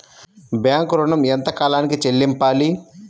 Bank ఋణం ఎంత కాలానికి చెల్లింపాలి?